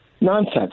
nonsense